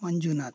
Manjunath